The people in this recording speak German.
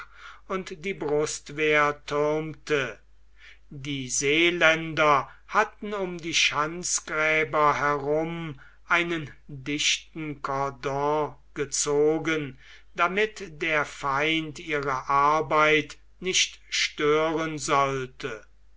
und die brustwehr thürmte die seeländer hatten um die schanzgräber herum einen dichten cordon gezogen damit der feind ihre arbeit nicht stören sollte